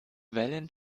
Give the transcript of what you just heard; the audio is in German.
wellen